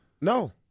No